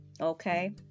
Okay